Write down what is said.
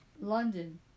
London